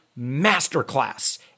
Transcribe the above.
Masterclass